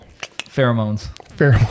Pheromones